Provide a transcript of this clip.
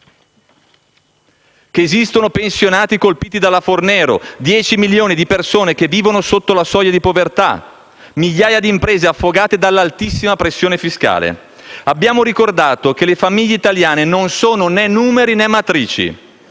che esistono pensionati colpiti dalla Fornero, 10 milioni di persone che vivono sotto la soglia di povertà e migliaia di imprese affogate dall'altissima pressione fiscale. Abbiamo ricordato che le famiglie italiane non sono né numeri né matrici,